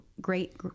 great